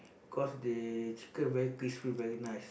cause they chicken very crispy very nice